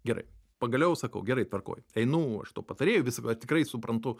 gerai pagaliau sakau gerai tvarkoj einu aš tuo patarėju visada tikrai suprantu